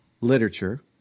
literature